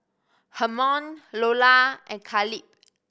Hermon Loula and Khalid